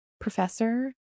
professor